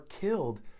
killed